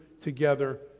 together